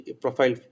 profile